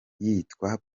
y’uwitwa